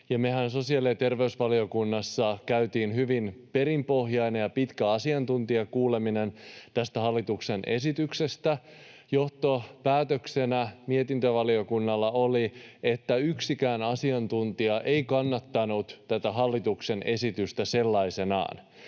Mehän sosiaali- ja terveysvaliokunnassa käytiin hyvin perinpohjainen ja pitkä asiantuntijakuuleminen tästä hallituksen esityksestä. Johtopäätöksenä mietintövaliokunnalla oli, että yksikään asiantuntija ei kannattanut tätä hallituksen esitystä sellaisenaan.